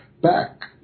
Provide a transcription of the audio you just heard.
Back